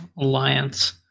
alliance